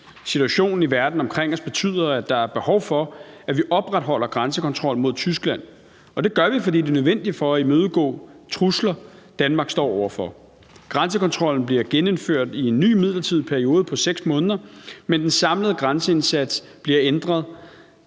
Situationen i verden omkring os betyder, at der er behov for, at vi opretholder grænsekontrol mod Tyskland, og det gør vi, fordi det er nødvendigt for at imødegå trusler, Danmark står over for. Grænsekontrollen bliver genindført i en ny midlertidig periode på 6 måneder, men den samlede grænseindsats bliver ændret.